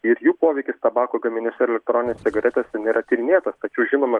ir jų poveikis tabako gaminiuose ir elektroninėse cigaretėse nėra tyrinėtas tačiau žinome